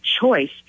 choice